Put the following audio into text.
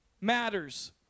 matters